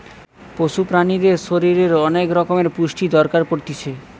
পশু প্রাণীদের শরীরের অনেক রকমের পুষ্টির দরকার পড়তিছে